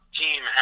team